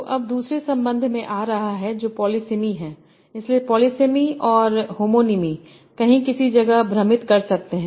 तो अब दूसरे संबंध में आ रहा है जो पोलिसेमी है इसलिए पोलिसेमी और होमोनिमी कहीं किसी जगह भ्रमित कर सकते हैं